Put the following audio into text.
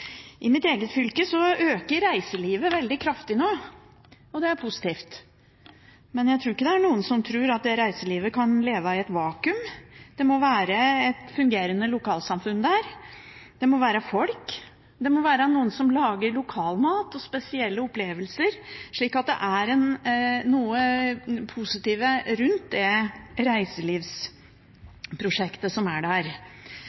I mitt eget fylke vokser reiselivet kraftig. Det er positivt. Men jeg tror ikke det er noen som tror at dette reiselivet kan leve i et vakuum. Det må være et fungerende lokalsamfunn der, det må være folk, det må være noen som lager lokal mat og spesielle opplevelser, slik at det er noe positivt rundt det reiselivsprosjektet som er der.